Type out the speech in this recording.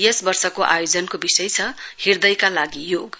यस वर्षको आयोजनको विषय छ हृद्यका लागि योग